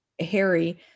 Harry